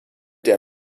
der